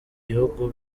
bihugu